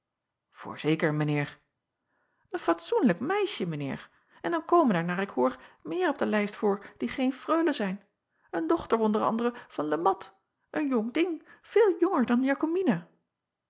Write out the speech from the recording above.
oorzeker mijn eer en fatsoenlijk meisje mijn eer en dan komen er naar ik hoor meer op de lijst voor die geen freule zijn een dochter onder anderen van e at een jong ding veel jonger dan